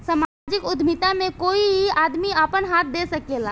सामाजिक उद्यमिता में कोई आदमी आपन हाथ दे सकेला